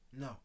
No